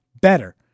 better